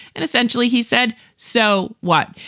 and essentially, he said, so what?